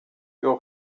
your